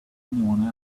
anyone